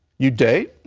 you date?